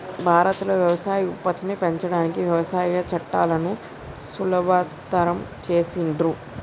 భారత్ లో వ్యవసాయ ఉత్పత్తిని పెంచడానికి వ్యవసాయ చట్టాలను సులభతరం చేసిండ్లు